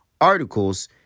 articles